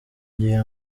gihe